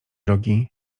drogi